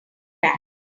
bad